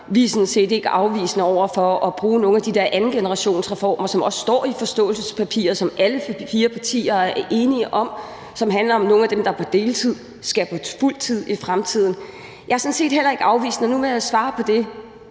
set ikke afvisende over for at bruge nogle af de der andengenerationsreformer, som også står i forståelsespapiret, som alle fire partier er enige om, og som handler om, at nogle af dem, der er på deltid, skal på fuld tid i fremtiden. Jeg er sådan set heller ikke afvisende – og nu vil jeg svare på det,